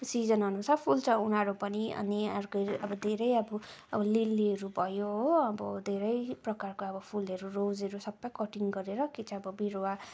season अनुसार फुल्छ उनीहरू पनि अनि अर्कै अब धेरै अब अब लिलीहरू भयो हो अब धेरै प्रकारको अब फुलहरू रोजहरू सब कटिङ गरेर कि चाहिँ अब बिरुवा